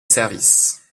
services